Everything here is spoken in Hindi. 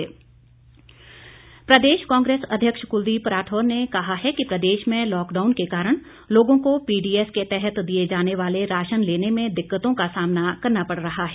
राठौर प्रदेश कांग्रेस अध्यक्ष क्लदीप राठौर ने कहा है कि प्रदेश में लॉकडाउन के कारण लोगों को पीडीएस के तहत दिए जाने वाले राशन लेने में दिक्कतों का सामना करना पड़ रहा है